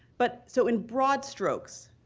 but so in broad strokes,